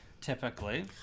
Typically